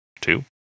Two